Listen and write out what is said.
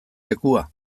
lekua